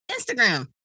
Instagram